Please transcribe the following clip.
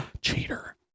Cheater